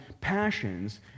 passions